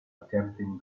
attempting